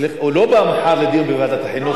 הוא לא בא מחר לדיון בוועדת החינוך.